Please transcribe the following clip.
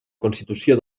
constitució